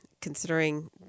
considering